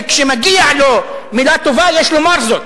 וכשמגיע לו מלה טובה יש לומר זאת,